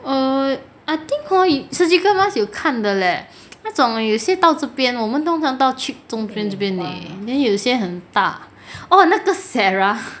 err I think hor surgical mask 有看的 leh 那种有些到这边我们通常到 cheek 中间这边而已 then 有些很大哦那个 sarah